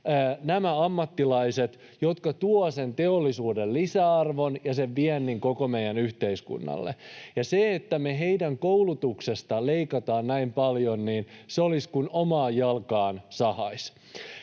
nämä ammattilaiset, jotka tuovat sen teollisuuden lisäarvon ja sen viennin koko meidän yhteiskunnalle. Se, että me heidän koulutuksestaan leikataan näin paljon, olisi kuin omaan jalkaan sahaisi.